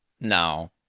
No